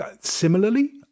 Similarly